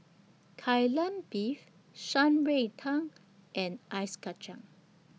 Kai Lan Beef Shan Rui Tang and Ice Kachang